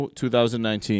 2019